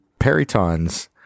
peritons